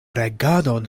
regadon